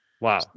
wow